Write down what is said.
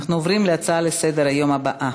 נעבור להצעות לסדר-היום בנושא: